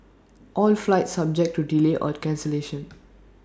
all flights subject to delay or cancellation